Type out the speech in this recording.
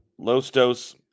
Lostos